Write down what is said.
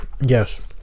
Yes